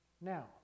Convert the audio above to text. Now